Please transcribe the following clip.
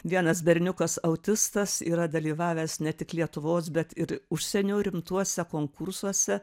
vienas berniukas autistas yra dalyvavęs ne tik lietuvos bet ir užsienio rimtuose konkursuose